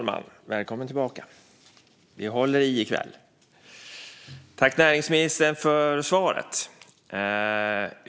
Herr talman! Tack, näringsministern, för svaret!